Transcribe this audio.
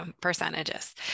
percentages